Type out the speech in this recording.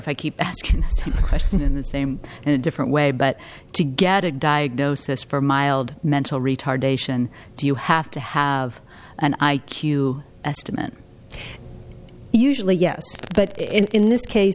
if i keep asking the question in the same and a different way but to get a diagnosis for mild mental retardation do you have to have an i q estimate usually yes but in this case